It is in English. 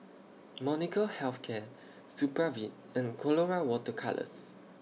Molnylcke Health Care Supravit and Colora Water Colours